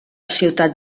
ciutat